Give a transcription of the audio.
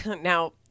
now